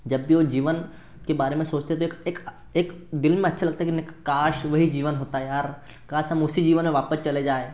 जब भी वो जीवन के बारे में सोचते थे एक एक एक दिल में अच्छा लगता है कि नहीं काश वही जीवन होता यार काश हम उसी जीवन में वापस चले जाए